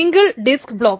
single disk block